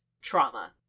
Trauma